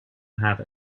have